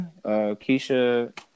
Keisha